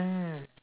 mm